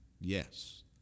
Yes